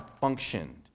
functioned